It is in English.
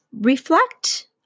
Reflect